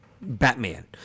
Batman